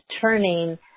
turning